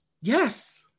Yes